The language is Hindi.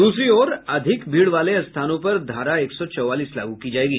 दूसरी ओर अधिक भीड़ वाले स्थानों पर धारा एक सौ चौवालीस लागू की जायेगी